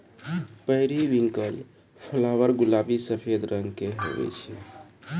periwinkle flower गुलाबी सफेद रंग के हुवै छै